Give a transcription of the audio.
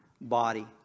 body